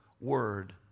word